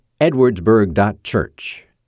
edwardsburg.church